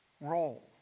role